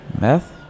Meth